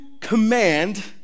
command